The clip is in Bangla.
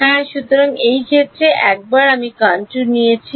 হ্যাঁ সুতরাং এই ক্ষেত্রে একবার আমি কনট্যুর নিয়েছি